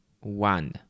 one